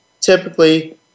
typically